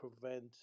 prevent